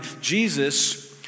Jesus